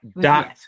dot